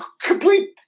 complete